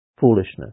foolishness